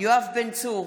יואב בן צור,